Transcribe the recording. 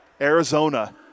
Arizona